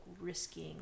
risking